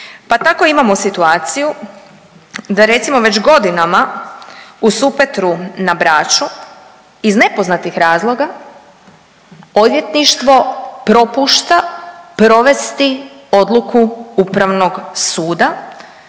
Pa tako imamo situaciju da je recimo već godinama u Supetru na Braču iz nepoznatih razloga odvjetništvo propušta provesti odluku Upravnog suda